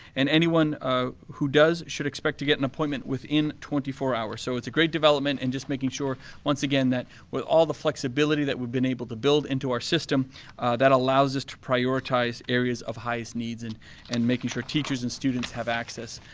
and anyone ah who does should expect to get an appointment within twenty four hours. so it's a great development and just making sure once again with all the flexibility that we've been able to build into our system that allows us to prioritize areas of highest needs and and making sure teachers and students have access,